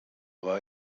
war